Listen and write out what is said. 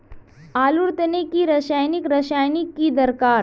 आलूर तने की रासायनिक रासायनिक की दरकार?